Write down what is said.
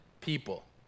people